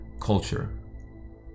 culture